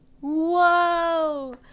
Whoa